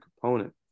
component